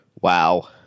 Wow